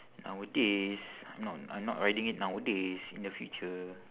nowadays I'm not I'm not riding it nowadays in the future